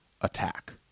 attack